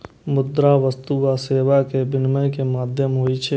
मुद्रा वस्तु आ सेवा के विनिमय के माध्यम होइ छै